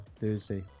thursday